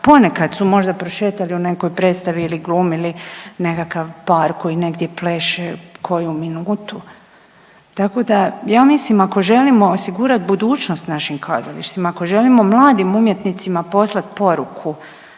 ponekad su možda prošetali u nekoj predstavi ili glumili nekakav par koji negdje pleše koju minutu. Tako da ja mislim ako želimo osigurati budućnost našim kazalištima, ako želimo mladim umjetnicima poslati poruku